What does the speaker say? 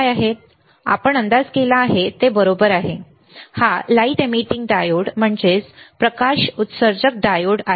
आपण अंदाज केला आहे ते बरोबर आहे हा लाईट इमीटिंग डायोड प्रकाश उत्सर्जक डायोड काय आहे